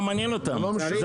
זה לא מעניין אותם.